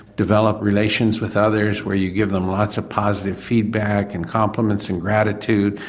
develop relations with others where you give them lots of positive feedback and compliments and gratitude,